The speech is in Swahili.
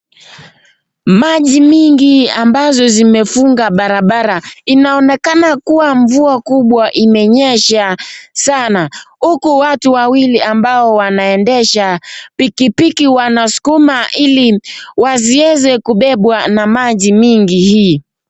Maji mingi ambazo zimefuga barabara. Inaonekana kuwa mvua kubwa imenyesha sana uku watu wawili ambao wanaendesha pikipiki wanasukuma ili wasieze kubebwa na maji mingi hii.